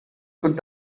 could